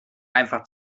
einfach